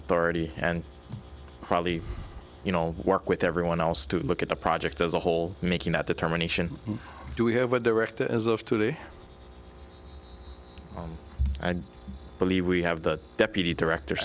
authority and probably you know work with everyone else to look at the project as a whole making that determination do we have a direct as of today and believe we have the deputy director